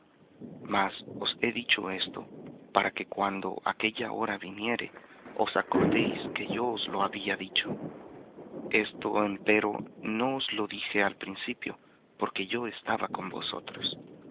os he dicho esto para que cuando aquella hora viniere os acordéis que yo os lo había dicho esto empero no os lo dije al principio porque yo estaba con vosotros